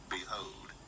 Behold